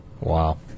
Wow